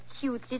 cute